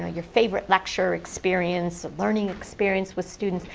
ah your favorite lecture experience, a learning experience with students,